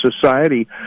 society